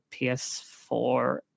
PS4